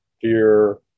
fear